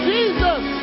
Jesus